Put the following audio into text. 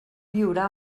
viurà